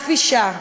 שום אישה,